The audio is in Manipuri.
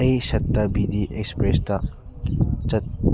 ꯑꯩ ꯁꯦꯇꯥꯕ꯭ꯔꯤ ꯑꯦꯛꯁꯄ꯭ꯔꯦꯁꯇ ꯆꯠ